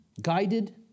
guided